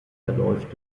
verläuft